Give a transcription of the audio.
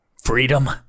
freedom